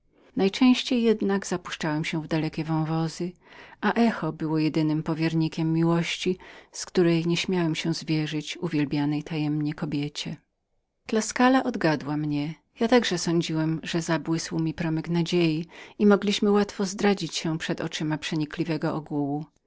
najczęściej jednak zapuszczałem się w dalekie wąwozy pośród samotnych odgłosów jedynych powierników miłości z którą nie śmiałem się zwierzyć tajemnie uwielbianej kobiecie tuskalatuskula odgadła mnie ja także sądziłem że zabłysł mi promyk nadziei i mogliśmy łatwo zdradzić się przed oczyma przenikliwego ogółu